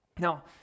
Now